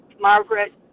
Margaret